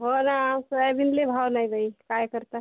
हो ना सोयाबीनलाही भाव नाही बाई काय करता